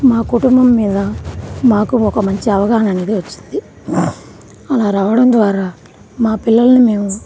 మా కుటుంబం మీద మాకు ఒక మంచి అవగాహన అనేది వచ్చింది అలా రావడం ద్వారా మా పిల్లల్ని మేము